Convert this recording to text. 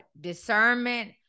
discernment